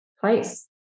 place